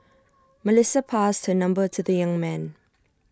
Melissa passed her number to the young man